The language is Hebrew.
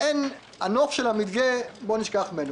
הנוף של המדגה, נשכח ממנו.